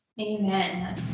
Amen